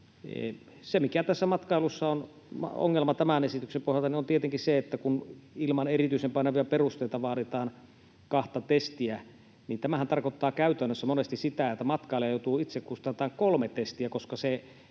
Se, mikä matkailulle on ongelma tämän esityksen pohjalta, on tietenkin se, että kun ilman erityisen painavia perusteita vaaditaan kahta testiä, niin tämähän tarkoittaa käytännössä monesti sitä, että matkailija joutuu itse kustantamaan kolme testiä, koska